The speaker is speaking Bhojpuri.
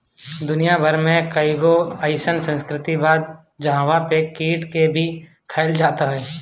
दुनिया भर में कईगो अइसन संस्कृति बा जहंवा पे कीट के भी खाइल जात हवे